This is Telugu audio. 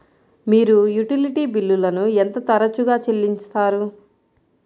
మీరు యుటిలిటీ బిల్లులను ఎంత తరచుగా చెల్లిస్తారు?